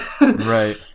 Right